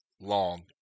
long